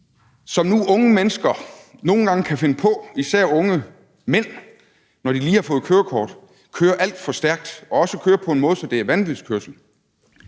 som nu unge mennesker nogle gange kan finde på, især unge mænd, når de lige har fået kørekort, kører alt for stærkt og også kører på en måde, så det er vanvidskørsel,